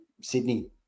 Sydney